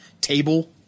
table